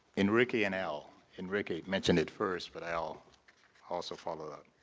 enrique and al. enrique mentioned it first but al ah so followed up.